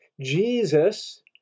Jesus